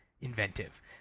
inventive